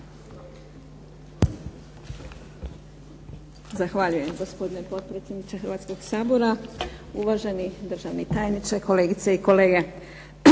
Zahvaljujem gospodine potpredsjedniče Hrvatskog sabora, uvaženi državni tajniče, kolegice i kolege.